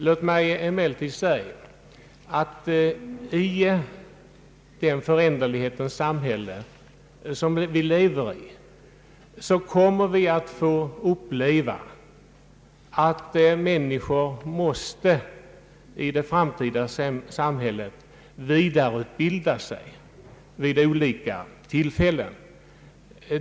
Låt mig emellertid säga att i det föränderlighetens samhälle som vi lever i, kommer vi att få uppleva att människor måste vidareutbilda sig vid olika tillfällen.